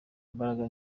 imbaraga